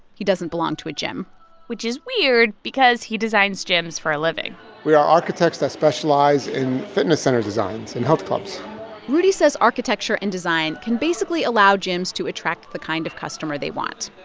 he doesn't belong to a gym which is weird because he designs gyms for a living we are architects that specialize in fitness center designs in health clubs rudy says architecture and design can basically allow gyms to attract the kind of customer they want.